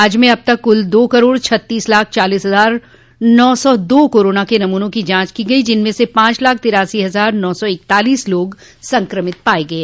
राज्य में अब तक कुल दो करोड़ छत्तीस लाख चालीस हजार नौ सौ दो कोरोना के नमूनों की जांच को गई जिनमें से पांच लाख तिरासी हजार नौ सौ इकतालीस लोग संक्रमित पाये गये